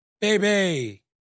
Baby